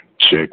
Check